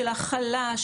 של הכלה,